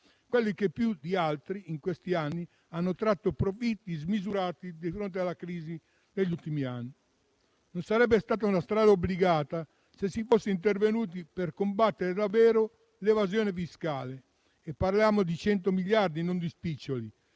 quelli che più di altri in questi ultimi anni hanno tratto profitti smisurati di fronte alla crisi. Non sarebbe stata una strada obbligata se si fosse intervenuti per combattere davvero l'evasione fiscale; e parliamo di 100 miliardi, non di spiccioli.